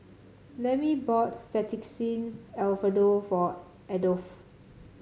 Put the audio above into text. Lemmie bought Fettuccine Alfredo for Adolfo